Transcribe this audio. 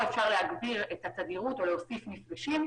אפשר להגביר את התדירות או להוסיף מפגשים.